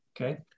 Okay